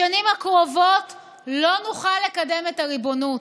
בשנים הקרובות לא נוכל לקדם את הריבונות.